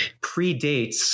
predates